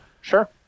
Sure